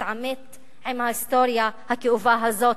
להתעמת עם ההיסטוריה הכאובה הזאת,